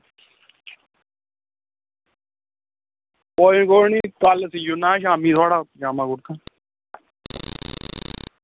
कोई कोई निं कल सी ओड़ना शामीं थुआढ़ा पजामां कुर्ता